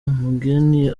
mugheni